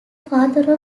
father